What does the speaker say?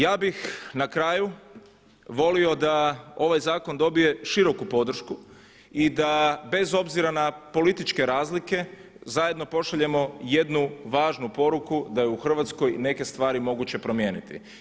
Ja bih na kraju volio da ovaj zakon dobije široku podršku i da bez obzira na političke razlike zajedno pošaljemo jednu važnu poruku da je u Hrvatskoj neke stvari moguće promijeniti.